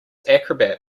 acrobat